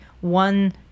one